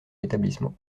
l’établissement